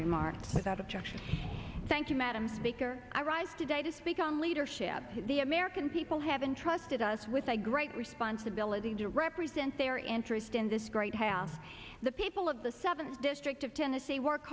remarks without objection thank you madam speaker i rise today to speak on leadership to the american people haven't trusted us with a great responsibility to represent their interest in this great hast the people of the seventh district of tennessee work